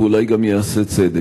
ואולי גם ייעשה צדק.